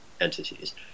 entities